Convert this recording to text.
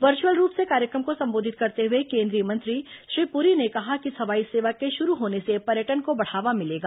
virtual रूप से कार्यक्रम को संबोधित करते हुए केंद्रीय मंत्री श्री पुरी ने कहा कि इस हवाई सेवा के शुरू होने से पर्यटन को बढ़ावा मिलेगा